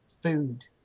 food